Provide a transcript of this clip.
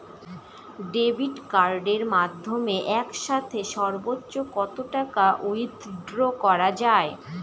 Debit কার্ডের মাধ্যমে একসাথে সর্ব্বোচ্চ কত টাকা উইথড্র করা য়ায়?